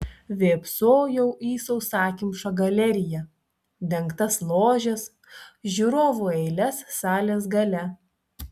vėpsojau į sausakimšą galeriją dengtas ložes žiūrovų eiles salės gale